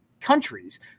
countries